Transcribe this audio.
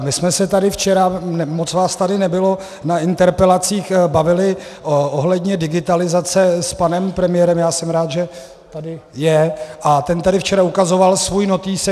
My jsme se tady včera, moc vás tady nebylo, na interpelacích bavili ohledně digitalizace s panem premiérem, já jsem rád, že tady je, a ten tady včera ukazoval svůj notýsek.